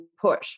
push